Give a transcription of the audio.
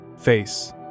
face